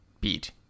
beat